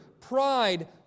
pride